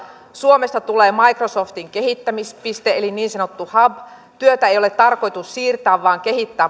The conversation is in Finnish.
suomesta tulee microsoftin kehittämispiste eli niin sanottu hub työtä ei ole tarkoitus siirtää vaan kehittää paikan päällä